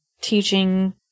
teaching